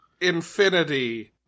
infinity